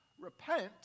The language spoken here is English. repent